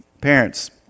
Parents